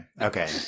okay